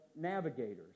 Navigators